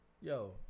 yo